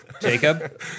Jacob